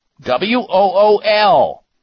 W-O-O-L